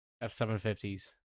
F750s